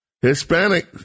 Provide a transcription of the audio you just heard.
Hispanic